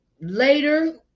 later